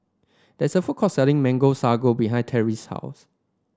there is a food court selling Mango Sago behind Terry's house